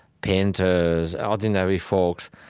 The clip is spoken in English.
painters, ordinary folks,